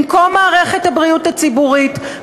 במקום מערכת החינוך הציבורית,